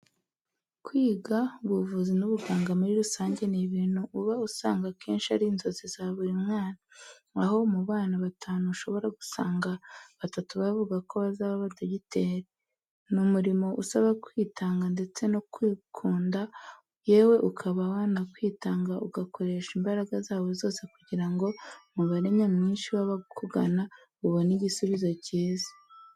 Kwiga ubuvuzi n'ubuganga muri rusange ni bintu uba usanga akenshi ari inzozi za buri mwana, aho mu bana batanu ushobora gusangamo batatu bavuga ko bazaba abadogiteri. Ni umurimo usaba kwitanga ndetse no kuwukunda yewe ukaba wanakwitanga ugakoresha imbaraga zawe zose kugira ngo umubare nyamwinshi wabakugana ubone igisubizo cyiza.